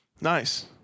Nice